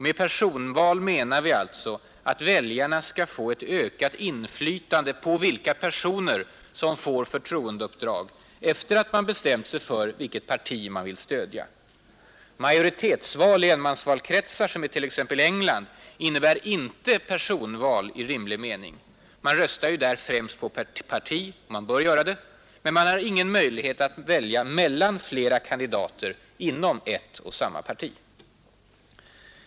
Med personval menar vi alltså att väljarna skall få ett ökat inflytande på vilka personer som får förtroendeuppdrag efter att man bestämt sig för vilket parti man vill stödja. Majoritetsval i enmansvalkretsar, som i t.ex. England, innebär inte personval i rimlig mening. Man röstar ju främst på parti — och bör göra det — men man har ingen möjlighet att välja mellan flera kandidater inom ett och samma parti.